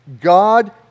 God